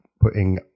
putting